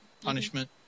punishment